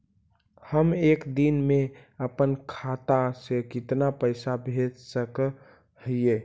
हम एक दिन में अपन खाता से कितना पैसा भेज सक हिय?